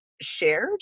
shared